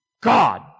God